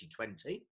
2020